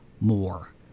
more